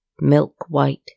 milk-white